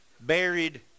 buried